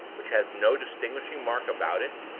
which has no distinguishing mark about it,